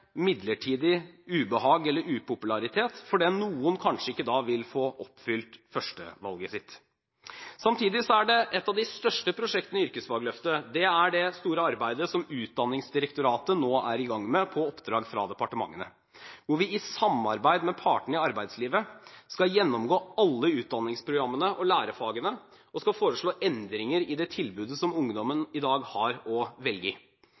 midlertidig ubehag eller upopularitet fordi noen kanskje ikke da vil få oppfylt førstevalget sitt. Samtidig er et av de største prosjektene i Yrkesfagløftet det store arbeidet som Utdanningsdirektoratet nå er i gang med på oppdrag fra departementet, hvor vi i samarbeid med partene i arbeidslivet skal gjennomgå alle utdanningsprogrammene og lærefagene og skal foreslå endringer i det tilbudet som ungdommen i dag har å velge